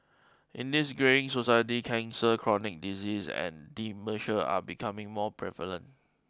in this greying society cancer chronic disease and dementia are becoming more prevalent